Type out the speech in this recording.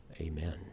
Amen